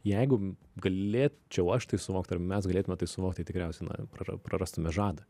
jeigu galėčiau aš tai suvokti ir mes galėtume tai suvokti tikriausiai na prara prarastume žadą